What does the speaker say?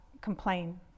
complain